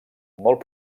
molt